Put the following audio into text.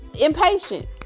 impatient